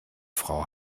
frau